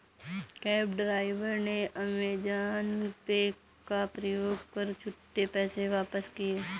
cab driver ने Amazon Pay का प्रयोग कर छुट्टे पैसे वापस किए